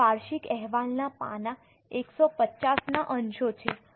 આ વાર્ષિક અહેવાલના પાના 155 ના અંશો છે